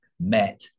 met